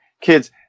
kids